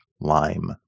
lime